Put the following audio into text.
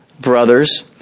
brothers